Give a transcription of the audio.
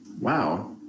Wow